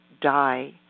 die